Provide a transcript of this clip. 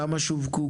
כמה שווקו?